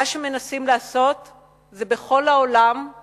מה שמנסים לעשות בכל העולם זה